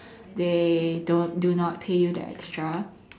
they don't do not pay you the extra